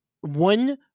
one